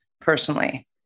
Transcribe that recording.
personally